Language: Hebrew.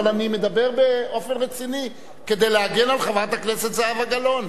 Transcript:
אבל אני מדבר באופן רציני כדי להגן על חברת הכנסת זהבה גלאון,